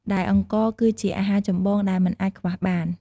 ដែលអង្ករ គឺជាអាហារចម្បងដែលមិនអាចខ្វះបាន។